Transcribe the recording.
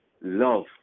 love